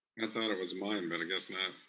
i thought it was mine, but i guess not.